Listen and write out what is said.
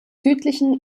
südlichen